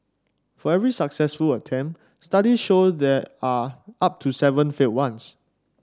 for every successful attempt studies show there are up to seven failed ones